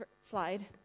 slide